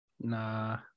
Nah